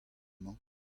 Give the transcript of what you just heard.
mañ